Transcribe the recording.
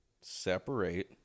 Separate